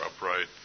upright